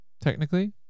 technically